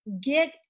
get